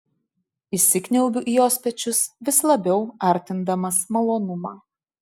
įsikniaubiu į jos pečius vis labiau artindamas malonumą